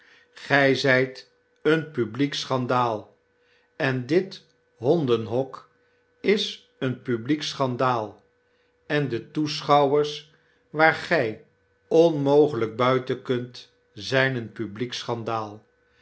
gij zyt een publiek schandaal en dit hondenhok is een publiek schandaal en de toeschouwers waar gjj onmogelyk buiten kunt zip een publiek schandaal